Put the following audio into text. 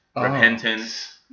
Repentance